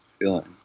feeling